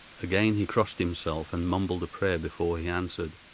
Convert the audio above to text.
again he crossed himself and mumbled a prayer, before he answered,